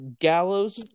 Gallows